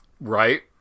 Right